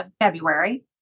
February